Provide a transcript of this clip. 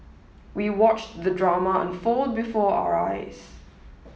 we watched the drama unfold before our eyes